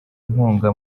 inkunga